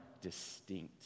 distinct